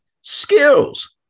skills